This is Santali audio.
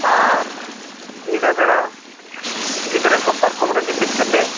ᱟᱨ ᱧᱤᱫᱟᱹ ᱵᱮᱲᱟ ᱜᱤᱫᱽᱨᱟᱹ ᱠᱚ ᱯᱟᱨᱠᱚᱢ ᱨᱮ ᱜᱤᱛᱤᱡ ᱠᱟᱛᱮᱫ